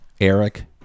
Eric